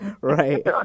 Right